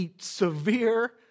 severe